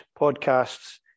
podcasts